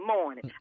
morning